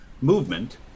movement